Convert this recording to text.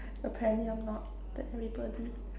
apparently I'm not that everybody